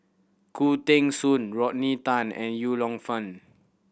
Khoo Teng Soon Rodney Tan and Yong Lew Foong